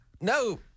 No